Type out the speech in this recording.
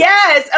Yes